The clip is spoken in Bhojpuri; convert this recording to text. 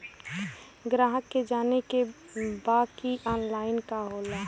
ग्राहक के जाने के बा की ऑनलाइन का होला?